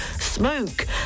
smoke